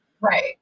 Right